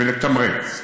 ולתמרץ.